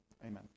Amen